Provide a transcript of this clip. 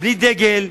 בלי דגל,